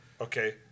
Okay